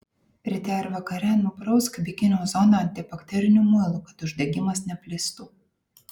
ryte ir vakare nuprausk bikinio zoną antibakteriniu muilu kad uždegimas neplistų